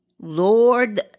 Lord